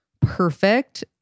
perfect